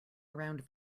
around